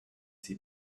see